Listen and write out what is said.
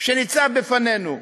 שניצב בפנינו.